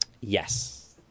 Yes